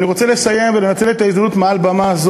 אני רוצה לסיים ולנצל את ההזדמנות לקרוא